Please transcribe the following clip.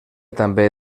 també